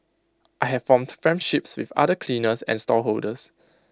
I have formed friendships with other cleaners and stallholders